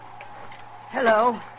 Hello